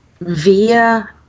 via